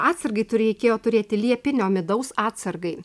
atsargai tu reikėjo turėti liepinio midaus atsargai